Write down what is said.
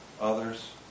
others